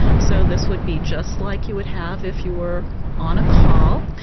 so this would be just like you would have if you were on a call,